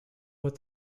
what